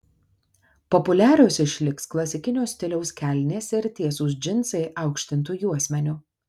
populiarios išliks klasikinio stiliaus kelnės ir tiesūs džinsai aukštintu juosmeniu